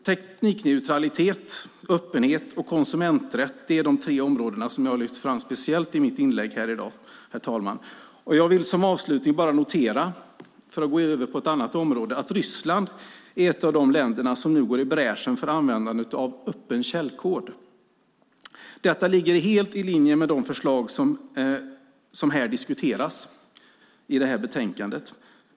Teknikneutralitet, öppenhet och konsumenträtt är de tre områden som jag har lyft fram speciellt i mitt inlägg i dag, herr talman. Jag vill som avslutning bara notera, för att gå över på ett annat område, att Ryssland är ett av de länder som går i bräschen för användandet av öppen källkod. Detta ligger helt i linje med de förslag som diskuteras i det här betänkandet.